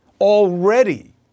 already